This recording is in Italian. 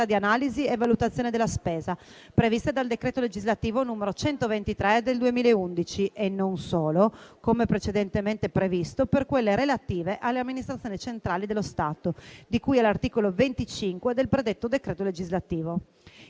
di analisi e valutazione della spesa previste dal decreto legislativo n. 123 del 2011 e non solo, come precedentemente previsto, per quelle relative alle amministrazioni centrali dello Stato, di cui all'articolo 25 del predetto decreto legislativo.